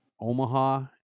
Omaha